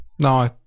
no